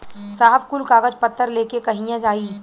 साहब कुल कागज पतर लेके कहिया आई?